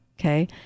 Okay